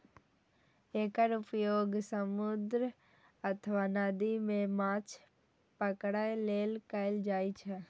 एकर उपयोग समुद्र अथवा नदी मे माछ पकड़ै लेल कैल जाइ छै